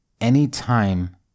anytime